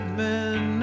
men